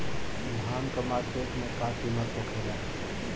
धान क मार्केट में का कीमत होखेला?